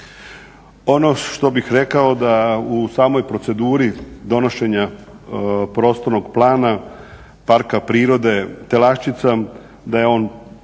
Ono što bih rekao da u samoj proceduri donošenja prostornog plana Parka prirode Telaščica da je on